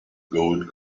gold